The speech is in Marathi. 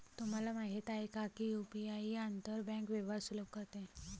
तुम्हाला माहित आहे का की यु.पी.आई आंतर बँक व्यवहार सुलभ करते?